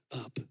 up